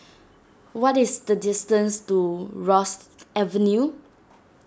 what is the distance to Rosyth Avenue